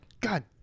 God